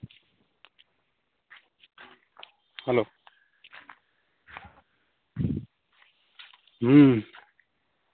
hello ᱦᱩᱸ